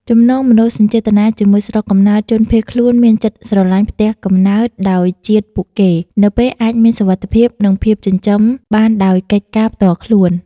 ចំណងមនោសញ្ចេតនាជាមួយស្រុកកំណើតជនភៀសខ្លួនមានចិត្តស្រឡាញ់ផ្ទះកំណើតដោយជាតិពួកគេ នៅពេលអាចមានសុវត្ថិភាព និងភាពចិញ្ចឹមបានដោយកិច្ចការផ្ទាល់ខ្លួន។